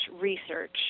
research